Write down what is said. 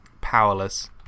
Powerless